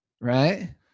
Right